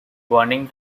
warning